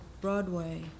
Broadway